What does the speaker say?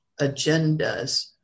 agendas